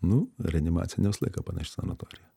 nu reanimacija ne visą laiką panaši į sanatoriją